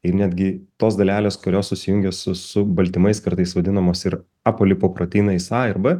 ir netgi tos dalelės kurios susijungia su su baltymais kartais vadinamos ir apolipaprotinais a ir b